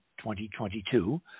2022